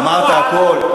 אמרת הכול?